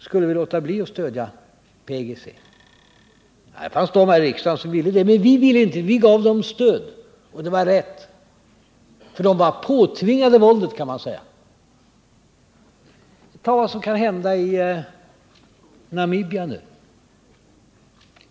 Skulle vi ha låtit bli att stödja PAIGC? Det fanns de här i riksdagen som ville det, men vi ville det inte. Vi gav dem stöd. Och det var rätt, för de var, kan man säga, påtvingade våldet. Ta vad som kan hända i Namibia nu!